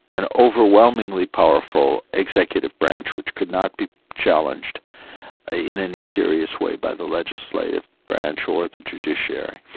an overwhelmingly powerful executive branch which could not be challenged in any serious way by the legislative branch or the judiciary.